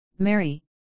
Mary